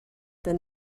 than